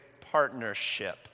partnership